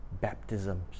baptisms